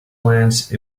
glance